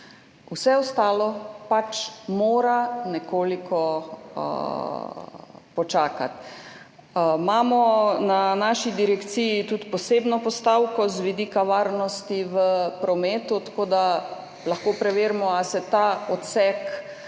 vse ostalo pač mora nekoliko počakati. Na naši direkciji imamo tudi posebno postavko z vidika varnosti v prometu, tako da lahko preverimo, ali se ta odsek